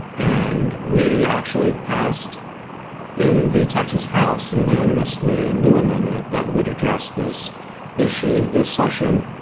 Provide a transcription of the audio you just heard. and we actually passed in the texas house unanimously a new amendment that would address this issue this session.